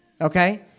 Okay